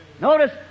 Notice